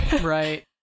Right